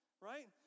right